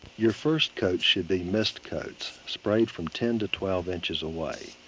your first coat should be mist coats sprayed from ten to twelve inches away.